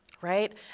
right